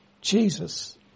Jesus